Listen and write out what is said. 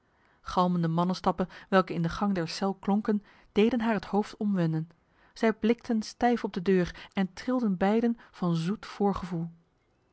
galmende mannenstappen welke in de gang der cel klonken deden haar het hoofd omwenden zij blikten stijf op de deur en trilden beiden van zoet voorgevoel